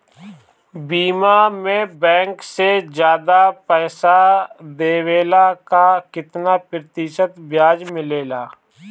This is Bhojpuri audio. बीमा में बैंक से ज्यादा पइसा देवेला का कितना प्रतिशत ब्याज मिलेला?